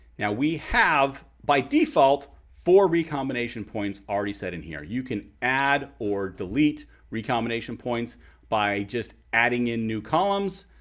now, we have by default for recombination points already set in here. you can add or delete recombination points by just adding in new columns